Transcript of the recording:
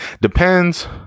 Depends